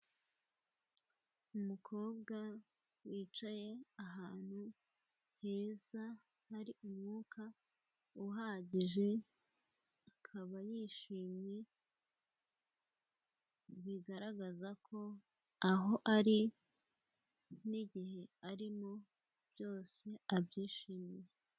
Umukobwa wicaye ahantu heza hari umwuka uhagije, akaba yishimye bigaragaza ko aho ari n'igihe arimo byose abyishimiye.